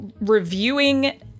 reviewing